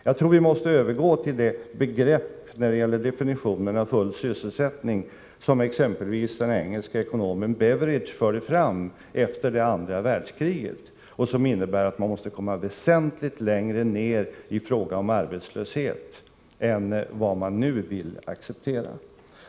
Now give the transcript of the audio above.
Jag tror att vi måste övergå till den definition av begreppet full sysselsätt ning som exempelvis den engelske ekonomen Beveridge förde fram efterdet — Nr 49 andra världskriget. Den innebär att vi måste väsentligt längre ner i fråga om a 2 & Onsdagen den arbetslöshet än vad man nu vill acceptera.